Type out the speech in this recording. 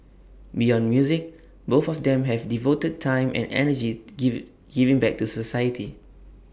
beyond music both of them have devoted time and energy give giving back to society